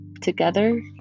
together